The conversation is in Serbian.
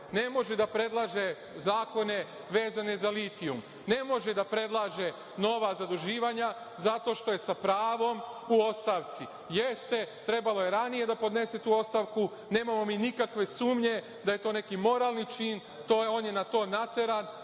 Ne može da predlaže zakone vezane za litijum. Ne može da predlaže nova zaduživanja zato što je sa pravom u ostavci. Jeste, trebalo je ranije da podnese tu ostavku, nemamo ni nikakve sumnje da je to neki moralni čin. On je na to nateran